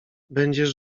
będziesz